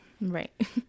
Right